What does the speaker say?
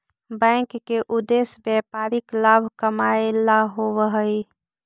bank के उद्देश्य व्यापारिक लाभ कमाएला होववऽ हइ